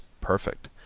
Perfect